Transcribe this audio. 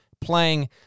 playing